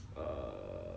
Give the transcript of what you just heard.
err